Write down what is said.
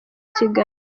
kigali